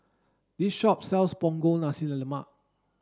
this shop sells Punggol Nasi Lemak